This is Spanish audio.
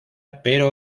pero